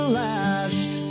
last